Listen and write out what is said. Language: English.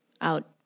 out